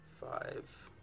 five